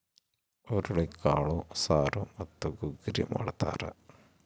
ಹುರುಳಿಕಾಳು ಸಾರು ಮತ್ತು ಗುಗ್ಗರಿ ಮಾಡ್ತಾರ